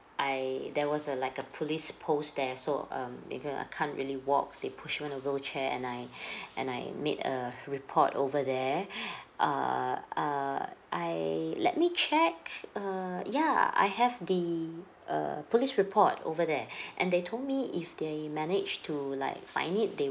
I there was a like a police post there so um because I can't really walk they push me in a wheelchair and I and I made a report over there err err I let me check err yeah I have the uh police report over there and they told me if they manage to like find it they